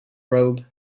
robe